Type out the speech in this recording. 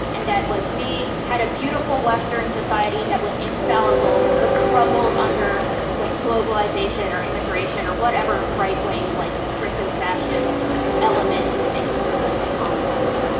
and that like we had a beautiful western society that was infallible but crumbled under like globalization, or immigration, or whatever right-wing like crypto-fascist element you think ruined columns